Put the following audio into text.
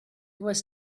was